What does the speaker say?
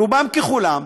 רובם ככולם,